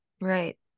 Right